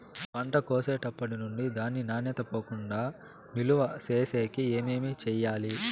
పంట కోసేటప్పటినుండి దాని నాణ్యత పోకుండా నిలువ సేసేకి ఏమేమి చేయాలి?